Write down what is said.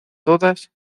todas